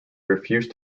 refused